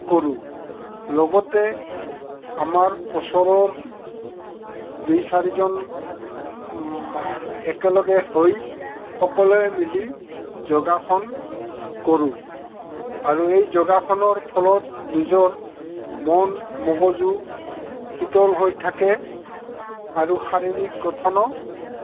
কৰোঁ লগতে আমাৰ ওচৰৰ দুই চাৰিজন একেলগে হৈ সকলোৱে মিলি যোগাসন কৰোঁ আৰু এই যোগাসনৰ ফলত নিজৰ মন মগজু শীতল হৈ থাকে আৰু শাৰীৰিক গঠনো